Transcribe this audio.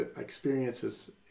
experiences